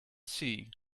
see